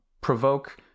provoke